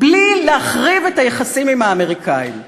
בלי להחריב את היחסים עם האמריקנים.